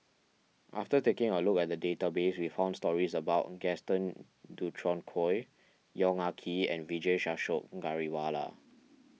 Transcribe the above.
after taking a look at the database we found stories about Gaston Dutronquoy Yong Ah Kee and Vijesh Ashok Ghariwala